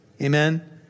Amen